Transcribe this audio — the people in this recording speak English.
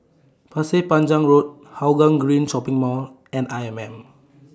Pasir Panjang Road Hougang Green Shopping Mall and I M M